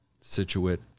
Situate